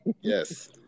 Yes